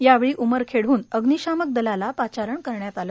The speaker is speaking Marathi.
यावेळी उमरखेड हन अग्निशामक दलाला पाचारण करण्यात आले